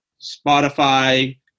Spotify